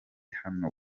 hano